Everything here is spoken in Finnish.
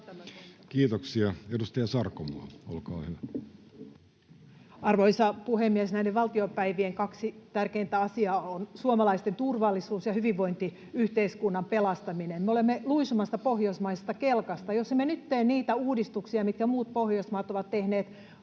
esityksistä Time: 15:58 Content: Arvoisa puhemies! Näiden valtiopäivien kaksi tärkeintä asiaa on suomalaisten turvallisuus ja hyvinvointiyhteiskunnan pelastaminen. Me olemme luisumassa pohjoismaisesta kelkasta. Jos emme nyt tee niitä uudistuksia, mitkä muut Pohjoismaat ovat tehneet